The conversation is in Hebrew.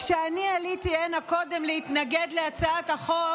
כשעליתי הנה קודם להתנגד להצעת החוק